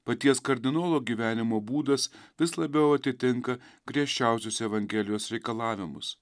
paties kardinolo gyvenimo būdas vis labiau atitinka griežčiausius evangelijos reikalavimus